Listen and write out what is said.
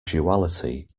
duality